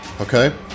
Okay